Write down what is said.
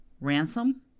Ransom